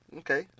okay